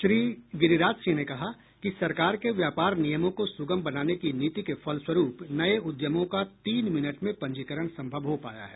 श्री गिरिराज सिंह ने कहा कि सरकार के व्यापार नियमों को सुगम बनाने की नीति के फलस्वरूप नये उद्यमों का तीन मिनट में पंजीकरण संभव हो पाया है